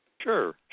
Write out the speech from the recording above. Sure